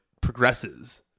progresses